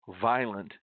violent